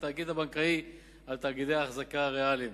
התאגיד הבנקאי על תאגידי ההחזקה הריאליים.